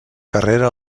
carrera